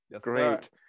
great